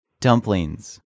Dumplings